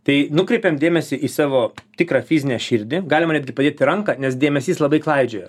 tai nukreipėm dėmesį į savo tikrą fizinę širdį galima netgi padėti ranką nes dėmesys labai klaidžiojo